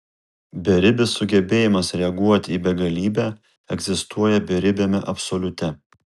beribis sugebėjimas reaguoti į begalybę egzistuoja beribiame absoliute